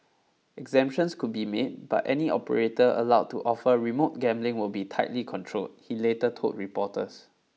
exemptions could be made but any operator allowed to offer remote gambling will be tightly controlled he later told reporters